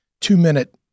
two-minute